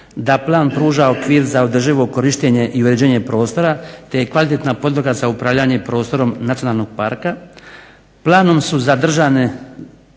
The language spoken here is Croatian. da plan pruža okvir za održivo korištenje i uređenje prostora te je kvalitetna podloga za upravljanje prostorom nacionalnog parka. Planom su zadržane